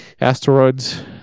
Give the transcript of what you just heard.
asteroids